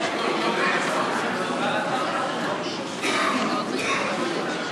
ביטחון (תיקון, פטור מטעמי מצפון),